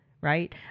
right